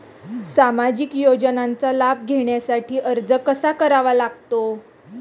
सामाजिक योजनांचा लाभ घेण्यासाठी अर्ज कसा करावा लागतो?